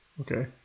Okay